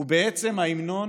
הוא בעצם ההמנון